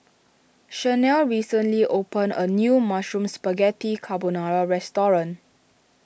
Shanelle recently opened a new Mushroom Spaghetti Carbonara restaurant